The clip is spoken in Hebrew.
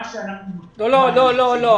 לא.